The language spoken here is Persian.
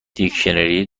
دیکشنری